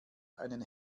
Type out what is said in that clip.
einen